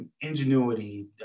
ingenuity